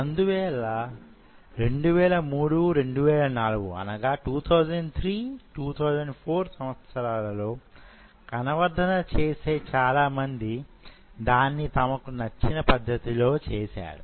అందువల్ల 2003 2004 సంవత్సరాలలో కణవర్థన చేసే చాలా మంది దాన్ని తమకు నచ్చిన పద్ధతిలో చేశారు